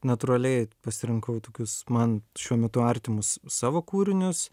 natūraliai pasirinkau tokius man šiuo metu artimus savo kūrinius